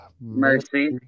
Mercy